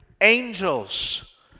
angels